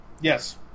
Yes